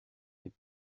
mais